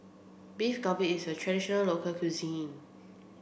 Beef Galbi is a traditional local cuisine